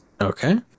okay